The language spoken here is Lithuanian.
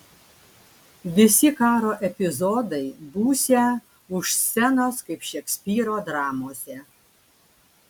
visi karo epizodai būsią už scenos kaip šekspyro dramose